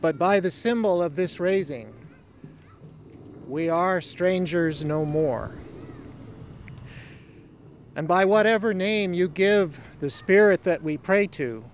but by the symbol of this raising we are strangers no more and by whatever name you give the spirit that we pray to